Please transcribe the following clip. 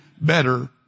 better